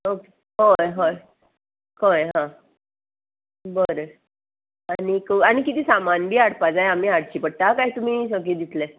okay हय हय कळ्ळें हां बरें आनीक आनी किदें सामान बी हाडपा जाय आमी हाडची पडटा काय तुमी सगळें दितलें